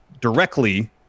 directly